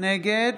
נגד